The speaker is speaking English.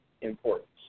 importance